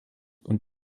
und